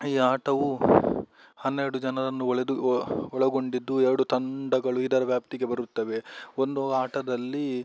ಈ ಆಟವು ಹನ್ನೆರಡು ಜನರನ್ನು ಒಳೆದು ಒಳಗೊಂಡಿದ್ದು ಎರಡು ತಂಡಗಳು ಇದರ ವ್ಯಾಪ್ತಿಗೆ ಬರುತ್ತವೆ ಒಂದು ಆಟದಲ್ಲಿ